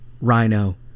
rhino